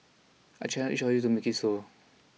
I challenge each of you to make it so